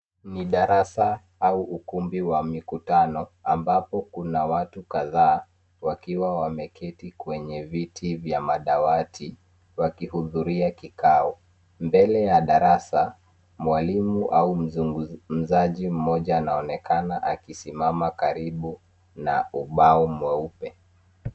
Ni darasa au ukumbi wa mikutano ambapo kuna watu kadhaa wakiwa Wameketi kwenye viti vya madawati wakihudhria kikao. Mbele ya darasa mwalimu au mzungumzaji mmoja anaonekana akisimama karibu na ubao mweupe.